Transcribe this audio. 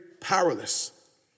powerless